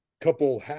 couple